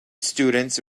students